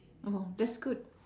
oh that's good